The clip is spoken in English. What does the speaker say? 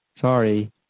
Sorry